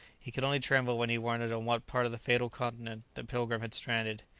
he could only tremble when he wondered on what part of the fatal continent the pilgrim had stranded.